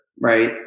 right